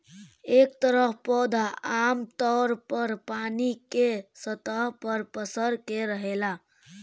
एह तरह पौधा आमतौर पर पानी के सतह पर पसर के रहेला